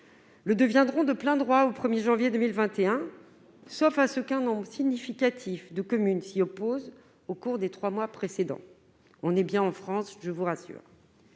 le deviendront de plein droit au 1 janvier 2021, sauf à ce qu'un nombre significatif de communes s'y opposent au cours des trois mois précédents. Je vous rassure,